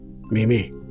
Mimi